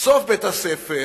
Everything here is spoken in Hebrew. סוף בית-הספר